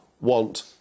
want